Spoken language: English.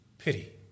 Pity